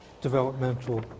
developmental